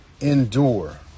endure